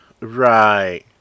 Right